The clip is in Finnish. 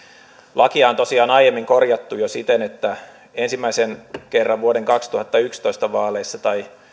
lakia on tosiaan aiemmin korjattu jo siten että ensimmäisen kerran vuoden kaksituhattayksitoista vaaleissa tai